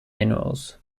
minerals